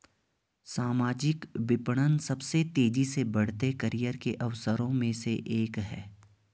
सामाजिक विपणन सबसे तेजी से बढ़ते करियर के अवसरों में से एक है